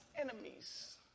enemies